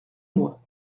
mois